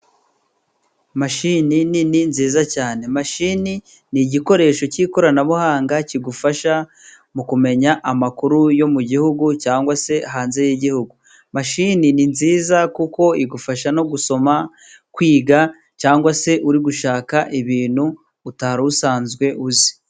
Mashini nini nziza cyane. Mashini ni igikoresho cy'ikoranabuhanga， kigufasha mu kumenya amakuru yo mu gihugu， cyangwa se hanze y'igihugu. Mashini ni nziza，kuko igufasha no gusoma kwiga， cyangwa se uri gushaka ibintu utari usanzwe uzi.